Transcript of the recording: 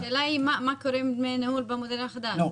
לא, השאלה היא מה קוראים דמי ניהול במודל החדש.